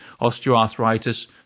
Osteoarthritis